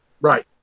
Right